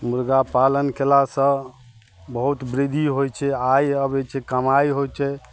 मुर्गा पालन केलासँ बहुत वृद्धि होइ छै आइ अबै छै कमाइ होइ छै